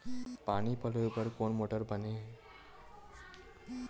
पानी पलोय बर कोन मोटर बने हे?